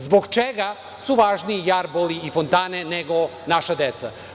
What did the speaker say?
Zbog čega su važniji jarboli i fontane, nego naša deca?